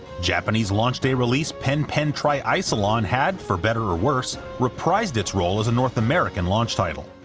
japanese launch day release pen pen triicelon had, for better or worse, reprised its role as a north american launch title.